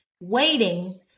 waiting